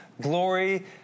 glory